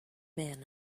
men